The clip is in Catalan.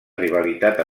rivalitat